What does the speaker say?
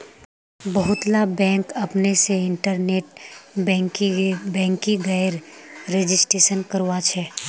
बहुतला बैंक अपने से इन्टरनेट बैंकिंगेर रजिस्ट्रेशन करवाछे